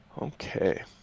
Okay